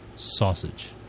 Sausage